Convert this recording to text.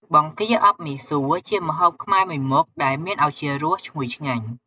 បង្គាអប់មីសួរជាម្ហូបខ្មែរមួយមុខដែលមានឱជារសឈ្ងុយឆ្ងាញ់។